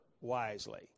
wisely